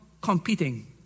competing